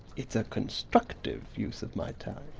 it's a constructive use of my time.